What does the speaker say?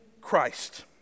Christ